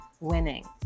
winning